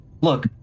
Look